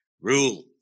Rule